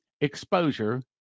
exposure